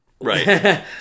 Right